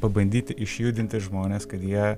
pabandyti išjudinti žmones kad jie